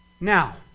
Now